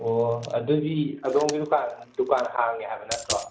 ꯑꯣꯑꯣ ꯑꯗꯨꯗꯤ ꯑꯗꯣꯝꯒꯤ ꯗꯨꯀꯥꯟ ꯗꯨꯀꯥꯟ ꯍꯥꯡꯉꯦ ꯍꯥꯏꯕ ꯅꯠꯇ꯭ꯔꯣ